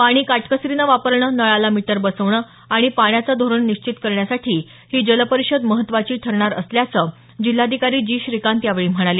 पाणी काटकसरीनं वापरणं नळाला मीटर बसवणं आणि पाण्याचं धोरण निश्चित करण्यासाठी ही जलपरिषद महत्वाची ठरणार असल्याचं जिल्हाधिकारी जी श्रीकांत यावेळी म्हणाले